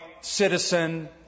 citizen